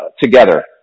together